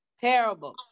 terrible